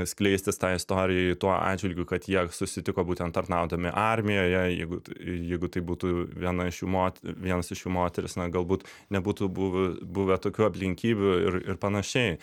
skleistis tai istorijai tuo atžvilgiu kad jie susitiko būtent tarnaudami armijoje jeigu jeigu tai būtų viena iš jų mot vienas iš jų moteris na galbūt nebūtų buvę buvę tokių aplinkybių ir ir panašiai